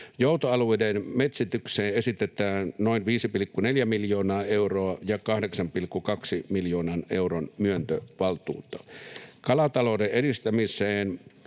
Joutoalueiden metsitykseen esitetään noin 5,4 miljoonaa euroa ja 8,2 miljoonan euron myöntövaltuutta. Kalatalouden edistämiseen